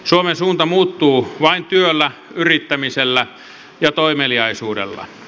suomen suunta muuttuu vain työllä yrittämisellä ja toimeliaisuudella